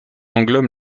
englobe